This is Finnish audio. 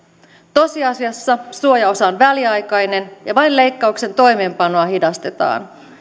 tosiasiassa suojaosa on väliaikainen ja vain leikkauksen toimeenpanoa hidastetaan